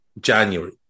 January